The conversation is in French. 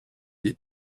des